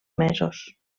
mesos